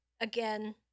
again